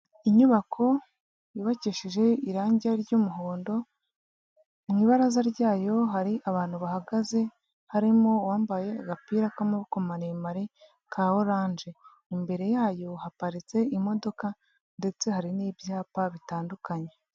Inyubako yubakishije irange ry'umuhondo mu ibaraza ryayo hari abantu bahagaze, harimo uwambaye agapira k'amaboko maremare ka oranje, imbere yayo haparitse imodoka ndetse hari n'ibyapa bitandukanye.